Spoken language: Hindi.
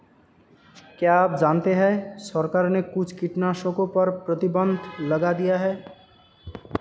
क्या आप जानते है सरकार ने कुछ कीटनाशकों पर प्रतिबंध लगा दिया है?